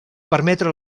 permetre